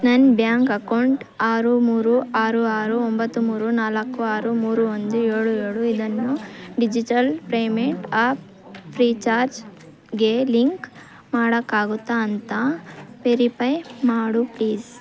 ನನ್ನ bank account ಆರು ಮೂರು ಆರು ಆರು ಒಂಬತ್ತು ಮೂರು ನಾಲ್ಕು ಆರು ಮೂರು ಒಂದು ಏಳು ಏಳು ಇದನ್ನು ಡಿಜಿಟಲ್ ಪೇಮೆಂಟ್ ಆ್ಯಪ್ ಫ್ರೀಚಾರ್ಜ್ಗೆ ಲಿಂಕ್ ಮಾಡೋಕ್ಕಾಗುತ್ತಾ ಅಂತ ವೆರಿಪೈ ಮಾಡು ಪ್ಲೀಸ್